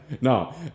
No